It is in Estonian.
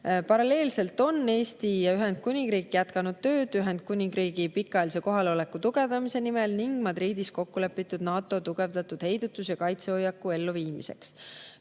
Paralleelselt on Eesti ja Ühendkuningriik jätkanud tööd Ühendkuningriigi pikaajalise kohaloleku tugevdamise nimel ning Madridis kokkulepitud NATO tugevdatud heidutus‑ ja kaitsehoiaku elluviimiseks.